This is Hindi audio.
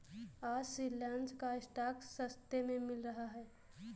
आज रिलायंस का स्टॉक सस्ते में मिल रहा है